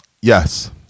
Yes